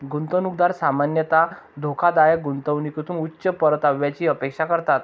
गुंतवणूकदार सामान्यतः धोकादायक गुंतवणुकीतून उच्च परताव्याची अपेक्षा करतात